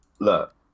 Look